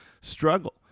struggle